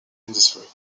industry